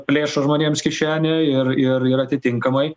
plėšo žmonėms kišenę ir ir ir atitinkamai